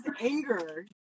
anger